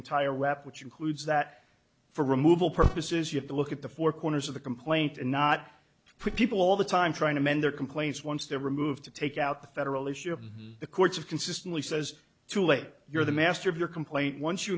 wept which includes that for removal purposes you have to look at the four corners of the complaint and not put people all the time trying to mend their complaints once they're removed to take out the federal issue of the courts have consistently says too late you're the master of your complaint once you